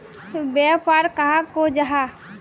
व्यापार कहाक को जाहा?